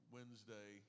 Wednesday